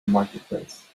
marketplace